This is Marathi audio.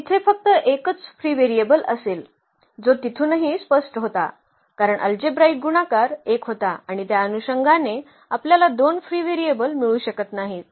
तर तिथे फक्त एकच फ्री व्हेरिएबल असेल जो तिथूनही स्पष्ट होता कारण अल्जेब्राईक गुणाकार एक होता आणि त्या अनुषंगाने आपल्याला दोन फ्री व्हेरिएबल्स मिळू शकत नाहीत